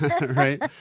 right